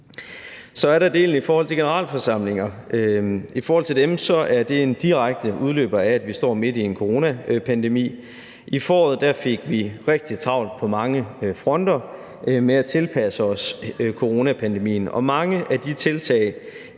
Så er der delen i forhold til generalforsamlinger. I forhold til dem er det en direkte udløber af, at vi står midt i en coronapandemi. I foråret fik vi rigtig travlt på mange fronter med at tilpasse os coronapandemien, og mange af de tiltag,